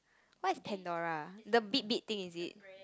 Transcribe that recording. what is Pandora the bead bead thing is it